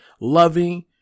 loving